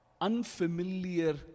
unfamiliar